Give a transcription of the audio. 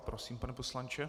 Prosím, pane poslanče.